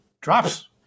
drops